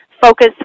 focus